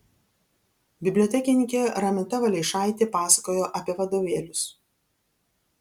bibliotekininkė raminta valeišaitė pasakojo apie vadovėlius